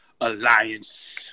Alliance